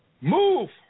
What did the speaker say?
move